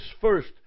first